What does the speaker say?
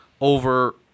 over